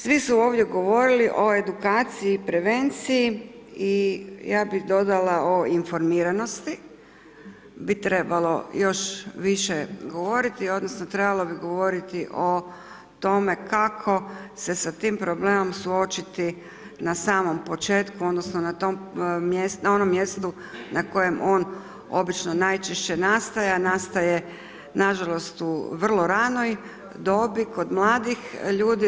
Svi su ovdje govorili o edukaciji i prevenciji i ja bi dodala o informiranosti, bi trebalo još više govoriti, odnosno, trebalo bi govoriti o tome, ako se s tim problemom suočiti na samom početku, odnosno, na onom mjestu, na kojem on obično najčešće nastaje, a nastaje nažalost, u vrlo ranoj dobi kod mladih ljudi.